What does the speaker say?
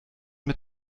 mit